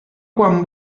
quan